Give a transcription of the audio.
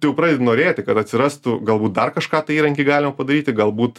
tu jau pradedi norėti kad atsirastų galbūt dar kažką tą įrankį galima padaryti galbūt